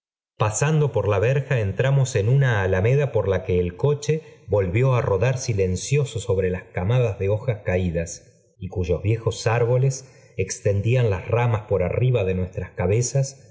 pasando por la verja entramos en una alameda ia j e el coche volvió á rodftr sí lencioso sobró ag csmsda de hojas caídas y cuyos viejos úrboízt as r j maa p r arriba de nuestras